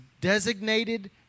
designated